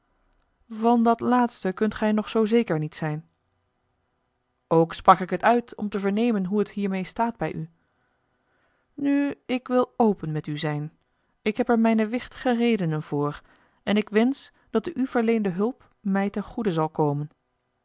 van dat laatste kunt gij nog zoo zeker niet zijn ook sprak ik het uit om te vernemen hoe het hiermeê staat bij u nu ik wil open met u zijn ik heb er mijne wichtige redenen voor en ik wensch dat de u verleende hulp mij ten goede zal komen